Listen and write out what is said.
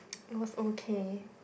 it was okay